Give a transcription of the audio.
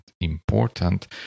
important